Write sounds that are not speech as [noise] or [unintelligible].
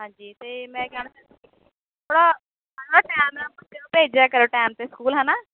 ਹਾਂਜੀ ਅਤੇ ਮੈਂ ਕਹਿਣਾ ਚਾਹੁੰਦੀ ਸੀ ਥੋੜ੍ਹਾ [unintelligible] ਟਾਈਮ ਨਾਲ ਬੱਚੇ ਨੂੰ ਭੇਜਿਆ ਕਰੋ ਟਾਈਮ 'ਤੇ ਸਕੂਲ ਹੈ ਨਾ